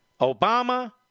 Obama